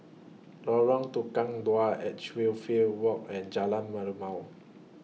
Lorong Tukang Dua Edge Real Field Walk and Jalan Merlimau